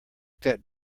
that